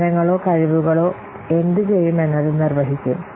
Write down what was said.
സേവനങ്ങളോ കഴിവുകളോ എന്തുചെയ്യുമെന്നത് നിർവ്വഹിക്കും